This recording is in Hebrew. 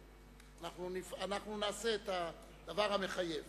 נעשה את הדבר המחייב,